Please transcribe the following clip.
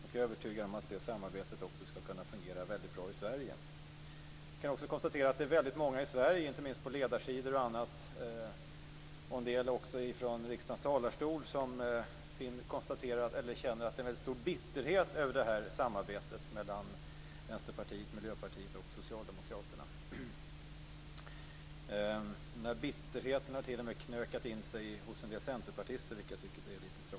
Jag är övertygad om att det samarbetet också skall kunna fungera väldigt bra i Jag kan också konstatera att det är väldigt många i Sverige - inte minst på ledarsidor och i andra sammanhang, och också från riksdagens talarstol - som känner en väldigt stor bitterhet över samarbetet mellan Vänsterpartiet, Miljöpartiet och Socialdemokraterna. Den bitterheten har t.o.m. knökat in sig hos en del centerpartister, vilket är lite tragiskt.